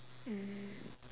mm